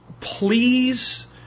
please